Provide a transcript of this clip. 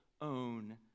own